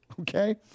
okay